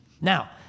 Now